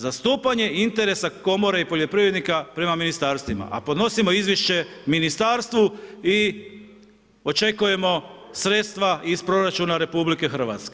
Zastupanje interesa Komore i poljoprivrednika prema ministarstvima, a podnosimo izvješće Ministarstvu i očekujemo sredstva iz proračuna RH.